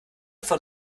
von